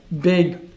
big